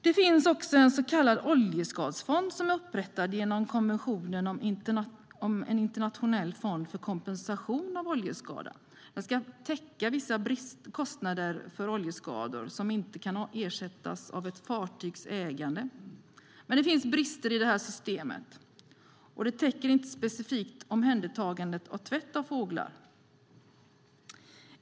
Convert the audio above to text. Det finns också en så kallad oljeskadefond som är upprättad genom konventionen om en internationell fond för kompensation av oljeskada. Den ska täcka kostnader för oljeskador som inte kan ersättas av ett fartygs ägare. Men det finns brister i det här systemet, och det täcker inte specifikt omhändertagande och tvätt av fåglar.